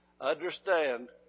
understand